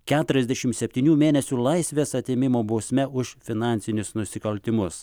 keturiasdešimt septynių mėnesių laisvės atėmimo bausme už finansinius nusikaltimus